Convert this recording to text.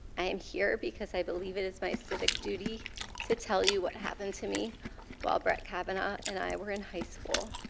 i am here because i believe it is my civic duty to tell you what happened to me while brett kavanaugh and i were in high school.